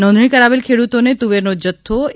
નોંધણી કરાવેલ ખેડૂતોનો તુવેરનો જથ્થો તા